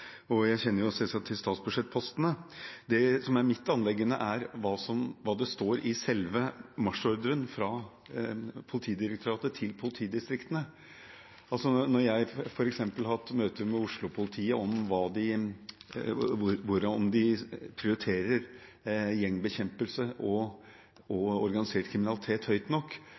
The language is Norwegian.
og jeg kjenner selvsagt til statsbudsjettpostene. Det som er mitt anliggende, er hva som står i selve marsjordren fra Politidirektoratet til politidistriktene. Når jeg f.eks. har hatt møter med Oslo-politiet om hvorvidt de prioriterer gjengbekjempelse og organisert kriminalitet høyt nok,